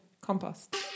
compost